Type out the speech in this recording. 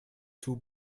too